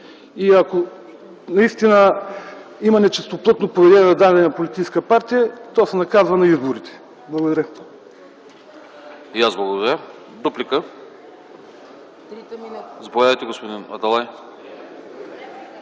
Ако наистина има нечистоплътно поведение на дадена политическа партия, то се наказва на изборите. Благодаря.